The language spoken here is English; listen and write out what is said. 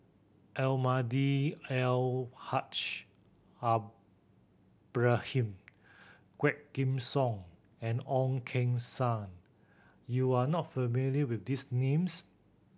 Almahdi Al Haj Ibrahim Quah Kim Song and Ong Keng Sen you are not familiar with these names